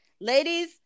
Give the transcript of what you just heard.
Ladies